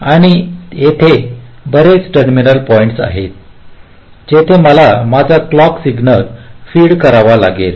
आणि येथे बरेच टर्मिनल पॉईंट्स आहेत जिथे मला माझा क्लॉक सिग्नल फीड करावा लागेल